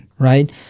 Right